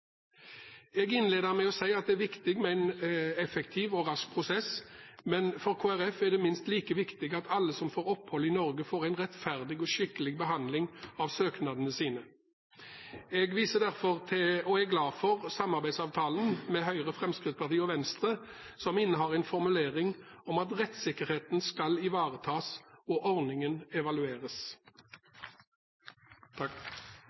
Jeg innledet med å si at det er viktig med en effektiv og rask prosess, men for Kristelig Folkeparti er det minst like viktig at alle som søker om opphold i Norge, får en rettferdig og skikkelig behandling av søknadene sine. Jeg viser derfor til, og er glad for, samarbeidsavtalen med Høyre, Fremskrittspartiet og Venstre, som innehar formuleringen: «Rettsikkerheten skal ivaretas og ordningen